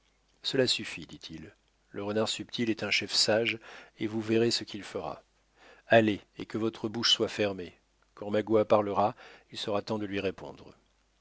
cela suffit dit-il le renard subtil est un chef sage et vous verrez ce qu'il fera allez et que votre bouche soit fermée quand magua parlera il sera temps de lui répondre